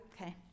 Okay